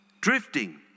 Drifting